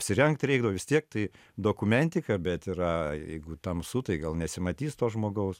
apsirengt reikdavo vis tiek tai dokumentika bet yra jeigu tamsu tai gal nesimatys to žmogaus